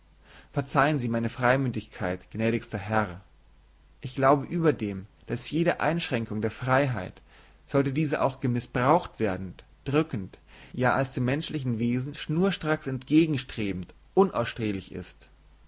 verzeihen sie meine freimütigkeit gnädigster herr ich glaube überdem daß jede einschränkung der freiheit sollte diese auch gemißbraucht werden drückend ja als dem menschlichen wesen schnurstracks entgegenstrebend unausstehlich ist